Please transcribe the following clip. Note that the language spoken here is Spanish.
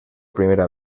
primera